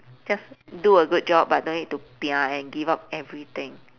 just do a good job but don't need to pia and give up everything